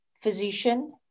Physician